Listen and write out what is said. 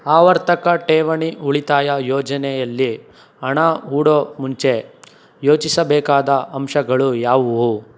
ಆವರ್ತಕ ಠೇವಣಿ ಉಳಿತಾಯ ಯೋಜನೆಯಲ್ಲಿ ಹಣ ಹೂಡೋ ಮುಂಚೆ ಯೋಚಿಸಬೇಕಾದ ಅಂಶಗಳು ಯಾವುವು